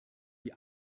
die